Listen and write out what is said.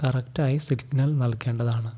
കറക്റ്റായി സിഗ്നൽ നൽകേണ്ടതാണ്